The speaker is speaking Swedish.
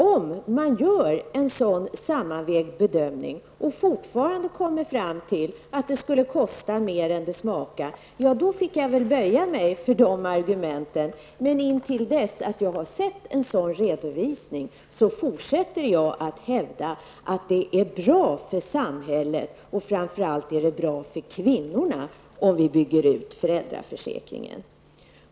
Om man gjorde en sådan sammanvägd bedömning och kom fram till att det skulle kosta mer än det smakar, fick jag väl böja mig för det argumentet. Men intill dess att jag har sett en sådan redovisning fortsätter jag att hävda att det är bra för samhället, och framför allt för kvinnorna, om vi bygger ut föräldraförsäkringen.